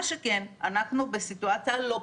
מה שכן, אנחנו בסיטואציה לא פשוטה,